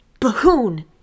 bahoon